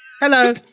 Hello